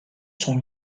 sont